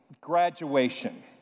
graduation